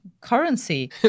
currency